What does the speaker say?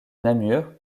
namur